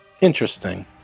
Interesting